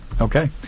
Okay